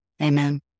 Amen